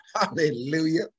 Hallelujah